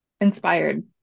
inspired